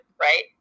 right